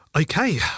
Okay